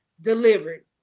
delivered